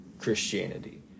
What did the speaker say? Christianity